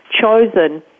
chosen